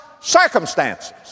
circumstances